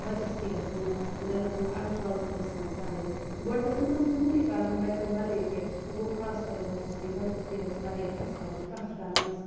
بَچَس تھی گَژھَن نہٕ غَلَط لَ اَلفاظ ٲسہٕ مَنٛز کَڑٕنۍ گۄڈٕ گَژھَن نہٕ تِم زٕہٕنۍ تہٕ کَرن بَچَن وَرٲے تہِ وۄنۍ گوٚو خاص کر بَچَس تھی بَچَس تھی گَژھِ واریاہ ہیٚس تھاوُن کتھ کَرنَس